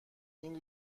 این